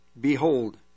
behold